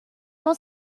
all